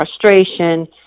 frustration